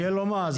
לא, כאילו מה?